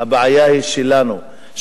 הבעיה היא שלנו,